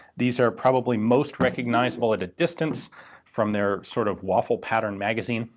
these are probably most recognizable at a distance from their sort of waffle pattern magazine.